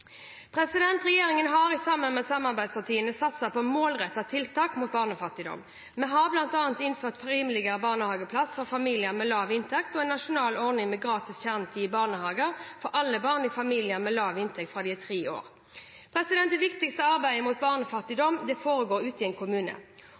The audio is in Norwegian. Regjeringen har, sammen med samarbeidspartiene, satset på målrettede tiltak mot barnefattigdom. Vi har bl.a. innført rimeligere barnehageplass for familier med lav inntekt og en nasjonal ordning med gratis kjernetid i barnehage for alle barn i familier med lav inntekt fra de er tre år. Det viktigste arbeidet mot